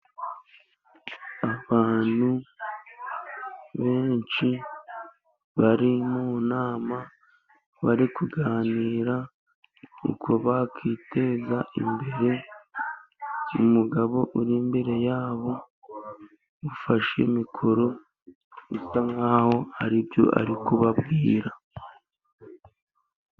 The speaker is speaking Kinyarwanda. Abantu benshi bari mu nama, bari kuganira uko bakiteza imbere. Umugabo uri imbere yabo ufashe mikoro, usa nkaho hari ibyo ari kubabwira.